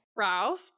Ralph